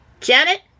Janet